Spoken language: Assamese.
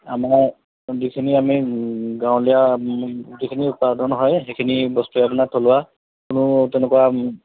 আমাৰ যিখিনি আমি গাঁৱলীয়া যিখিনি উৎপাদন হয় সেইখিনি বস্তুৱে আপোনাৰ থলুৱা কোনো তেনেকুৱা